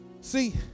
See